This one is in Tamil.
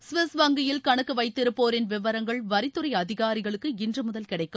கவிஸ் வங்கியில் கணக்கு வைத்திருப்போரின் விவரங்கள் வரித்துறை அதிகாரிகளுக்கு இன்று முதல் கிடைக்கும்